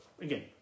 again